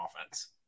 offense